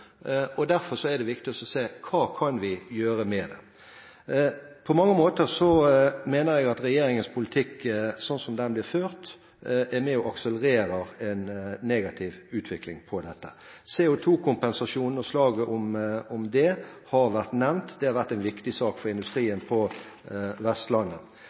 Derfor er det viktig å se på hva vi kan gjøre med det. På mange måter mener jeg at regjeringens politikk slik som den blir ført, er med og akselererer en negativ utvikling av dette. CO2-kompensasjonen og slaget om den har vært nevnt. Det har vært en viktig sak for industrien på Vestlandet.